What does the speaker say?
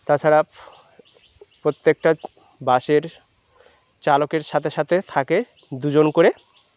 তাছাড়া প্রত্যেকটা বাসের চালকের সাথে সাথে থাকে দুজন করে